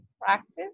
practice